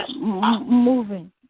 moving